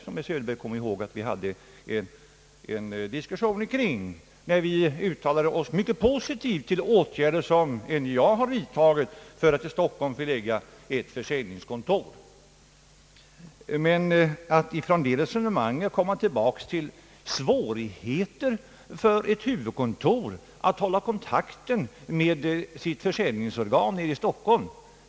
Som herr Söderberg säkert kommer ihåg hade vi då en diskussion där vi uttalade oss mycket positivt för att ett försäljningskontor skulle förläggas till Stockholm. Jag har emellertid svårt att förstå, att man nu tar upp svårigheterna för ett huvudkontor att hålla kontakt med sitt försäljningsorgan i Stockholm.